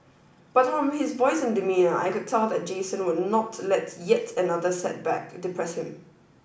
but from his voice and demeanour I could tell that Jason would not let yet another setback depress him